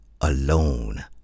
Alone